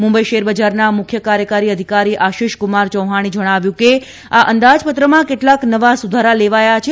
Mumbai share બજારના મુખ્ય કાર્યકારી અધિકારી આશીષ કુમાર ચૌાણે જણાવ્યું હતું કે આ અંદાજપત્રમાં કેટલાક નવા સુધારા લેવાયા છે